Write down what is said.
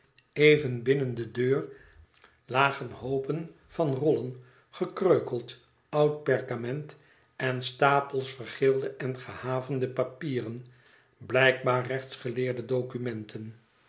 even binnen de deur lagen hoopen munheeb kb ook van rollen gekreukeld oud perkament en stapels vergeelde en verhavende papieren blijkbaar rechtsgeleerde documenten